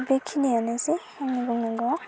बे खिनियानोसै आंनि बुंनांगौआ